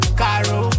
caro